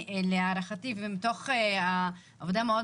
להערכתי ומתוך עבודה מאוד